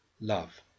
love